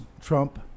Trump